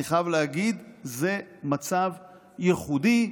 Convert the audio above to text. אני חייב להגיד שזה מצב ייחודי,